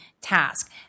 task